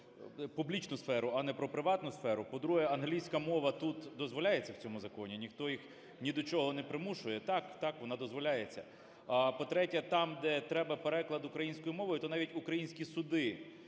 про публічну сферу, а не про приватну сферу. По-друге, англійська мова тут дозволяється, в цьому законі, ніхто їх ні до чого не примушує. Так, так, вона дозволяється. А, по-третє, там, де треба переклад українською мовою, то навіть українські суди,